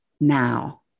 now